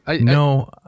No